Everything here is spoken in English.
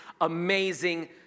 amazing